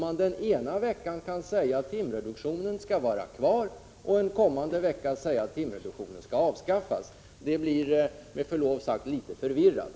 Att den ena veckan säga att timreduktionen skall vara kvar och en kommande vecka säga att timreduktionen skall avskaffas blir med förlov sagt litet förvirrande.